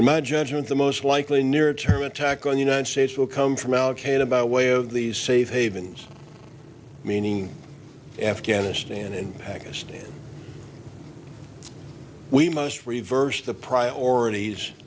in my judgment the most likely near term attack on united states will come from al qaeda about way of these safe havens meaning afghanistan and pakistan we must reverse the priorities